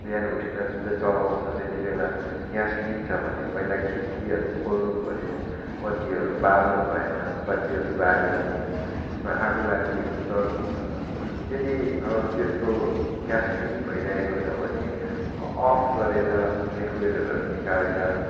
बिहान उठेर जुन चाहिँ चलाउँछ त्यति बेला ग्यास लिक छ भने पहिला खिड्कीहरू खोल्नुपर्यो बत्तीहरू बाल्नुभएन बत्तीहरू बाल्यो भने त्यसमा आगो लाग्ने डर हुन्छ यदि अब त्यस्तो ग्यास लिक भइरहेको छ भने अ अफ् गरेर रेगुलेटरहरू निकालेर